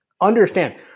understand